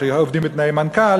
שעובדים בתקני מנכ"ל,